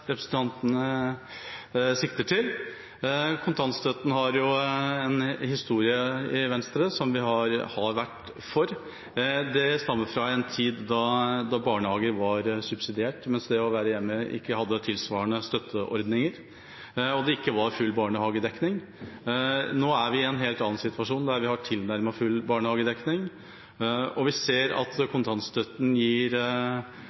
representanten sikter til frihet. Kontantstøtten har jo en historie i Venstre der vi har vært for. Det stammer fra en tid da barnehage var subsidiert, mens det å være hjemme ikke hadde tilsvarende støtteordninger. Og det var ikke full barnehagedekning. Nå er vi i en helt annen situasjon der vi har tilnærmet full barnehagedekning, og vi ser at